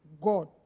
God